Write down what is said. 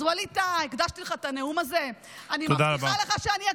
אז ווליד טאהא, הקדשתי לך את הנאום הזה, תודה רבה.